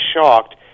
shocked